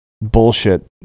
bullshit